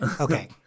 Okay